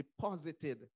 deposited